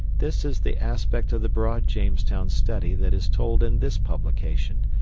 this is the aspect of the broad jamestown study that is told in this publication,